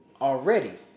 already